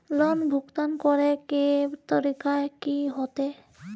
Loan भुगतान करे के तरीका की होते?